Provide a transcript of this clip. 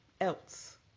else